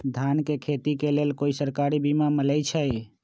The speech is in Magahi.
धान के खेती के लेल कोइ सरकारी बीमा मलैछई?